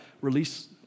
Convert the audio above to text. Release